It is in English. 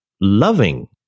loving